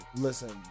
listen